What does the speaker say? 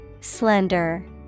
Slender